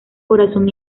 corazón